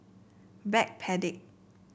Backpedic